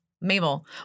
mabel